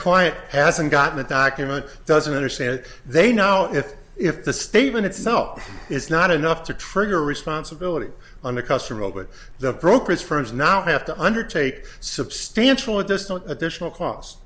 quiet hasn't gotten a document doesn't understand they know if if the statement itself is not enough to trigger responsibility on the customer but the brokerage firms now have to undertake substantial additional additional costs